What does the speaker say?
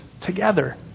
together